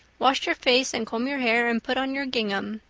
wash your face and comb your hair and put on your gingham.